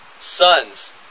sons